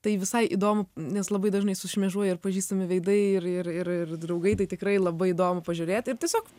tai visai įdomu nes labai dažnai sušmėžuoja ir pažįstami veidai ir ir ir ir draugai tai tikrai labai įdomu pažiūrėt ir tiesiog